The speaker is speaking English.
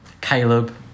caleb